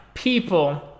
people